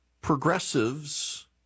Progressives